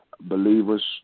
believers